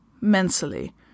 mentally